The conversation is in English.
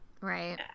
Right